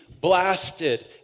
blasted